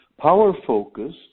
power-focused